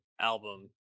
album